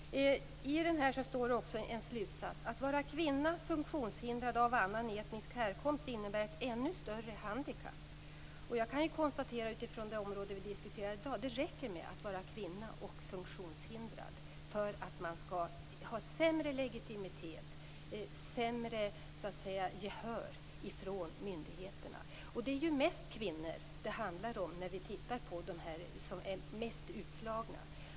En slutsats som framkommer här är: Att vara kvinna, funktionshindrad och av annan etnisk härkomst innebär ett ännu större handikapp. Utifrån det område som vi diskuterar i dag kan jag konstatera att det räcker med att vara kvinna och funktionshindrad för att man skall ha sämre legitimitet och få sämre gehör från myndigheterna. De flesta är ju kvinnor bland dem som är mest utslagna.